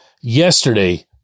yesterday